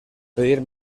pedir